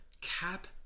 cap